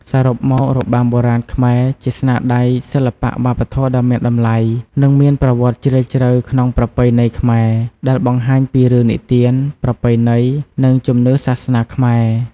សរុបមករបាំបុរាណខ្មែរ ជាស្នាដៃសិល្បៈវប្បធម៌ដ៏មានតម្លៃ និងមានប្រវត្តិជ្រាលជ្រៅក្នុងប្រពៃណីខ្មែរ ដែលបង្ហាញពីរឿងនិទាន ប្រពៃណី និងជំនឿសាសនាខ្មែរ។